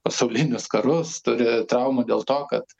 pasaulinius karus turi traumų dėl to kad